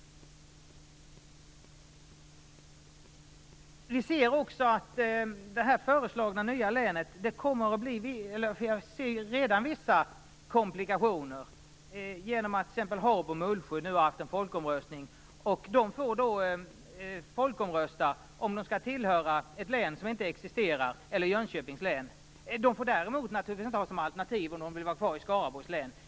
Jag ser redan vissa komplikationer med det föreslagna nya länet genom att t.ex. Habo och Mullsjö nu har haft en folkomröstning. De fick folkomrösta om de skall tillhöra ett län som inte existerar eller Jönköpings län. De fick däremot inte ha som alternativ om de vill vara kvar i Skaraborgs län.